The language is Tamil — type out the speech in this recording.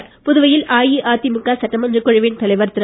அதிமுக புதுவையில் அஇஅதிமுக சட்டமன்றக் குழுவின் தலைவர் திரு